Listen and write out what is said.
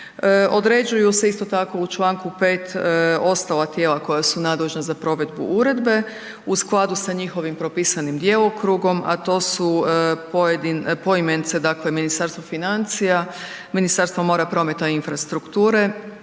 Određuju se isto tako u čl. 5.ostala tijela koja su nadležna za provedbu uredba, u skladu sa njihovim propisanim djelokrugom, a to su poimence Ministarstvo financija, Ministarstvo mora, prometa i infrastrukture,